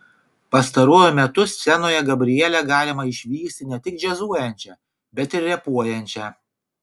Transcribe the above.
pastaruoju metu scenoje gabrielę galima išvysti ne tik džiazuojančią bet ir repuojančią